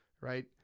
right